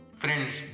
friends